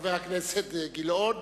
חבר הכנסת גילאון,